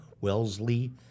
Wellesley